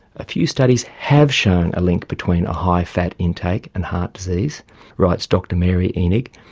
a few studies have shown a link between a high fat intake and heart disease writes dr mary enig,